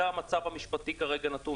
זה המצב המשפטי הנתון כרגע.